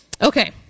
Okay